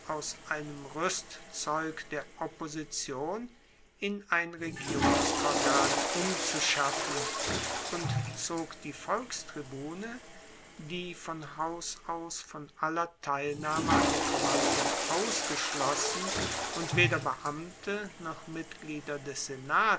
aus einem ruestzeug der opposition in ein regierungsorgan umzuschaffen und zog die volkstribune die von haus aus von aller teilnahme an der verwaltung ausgeschlossen und weder beamte noch mitglieder des senats